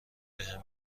بهم